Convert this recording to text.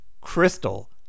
Crystal